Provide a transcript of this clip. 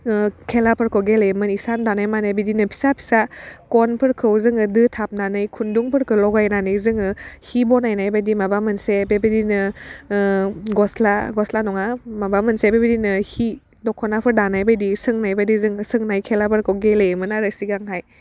ओह खेलाफोरखौ गेलेयोमोन इसान दानाय मानि बिदिनो फिसा फिसा गनफोरखौ जोङो दोथाबनानै खुन्दुंफोरखौ लगायनानै जोङो हि बनायनाय बायदि माबा मोनसे बेबायदिनो ओह गस्ला गस्ला नङा माबा मोनसे बेबादिनो हि दख'नाफोर दानायबायदि सोंनाय बायदि जोङो सोंनाय खेलाफोरखौ गेलेयोमोन आरो सिगांहाय